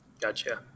Gotcha